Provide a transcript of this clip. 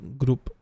group